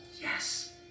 Yes